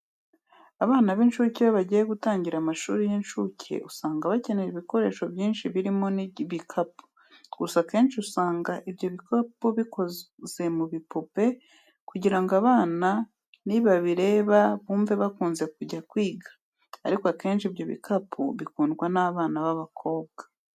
Abana iyo bagiye gutangira mu mashuri y'incuke, usanga bakenera ibikoresho byinshi birimo n'ibikapu. Gusa akenshi usanga ibyo bikapu bikoze mu bipupe kugira ngo abana nibabireba bumve bakunze kujya kwiga, ariko akenshi ibyo bikapu bikundwa n'abana b'abakobwa.